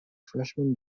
freshman